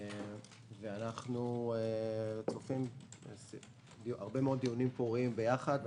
אנחנו צופים הרבה מאוד דיונים פוריים ביחד.